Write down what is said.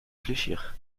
réfléchir